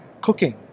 cooking